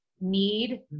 need